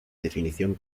definición